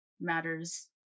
matters